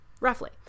roughly